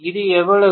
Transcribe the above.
அது எவ்வளவு